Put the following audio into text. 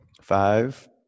Five